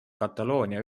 kataloonia